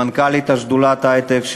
למנכ"לית שדולת ההיי-טק,